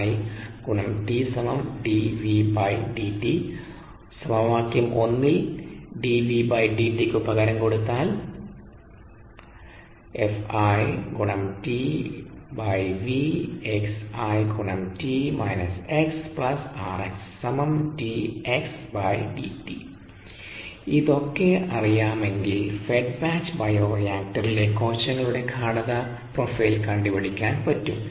ൽ ക്കു പകരം കൊടുത്താൽ ഇതൊക്കെ അറിയാമെങ്കിൽ ഫെഡ് ബാച്ച് ബയോറിയാക്ടറിലെ കോശങ്ങളുടെ ഗാഢത പ്രൊഫൈൽ കണ്ടുപിടിക്കാൻ പറ്റും